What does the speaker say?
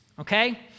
okay